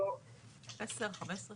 צוות מנכ"לים